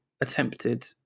attempted